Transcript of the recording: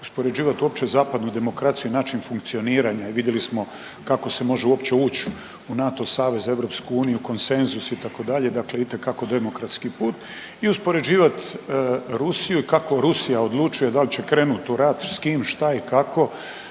Uspoređivati uopće zapadnu demokraciju i način funkcioniranja i vidjeli smo kako se može uopće ući u NATO savez, u EU, konsenzus, itd., dakle itekako demokratski i uspoređivati Rusiju i kako Rusija odlučuje, da li će krenuti u rat, s kim, šta i kako,